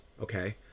okay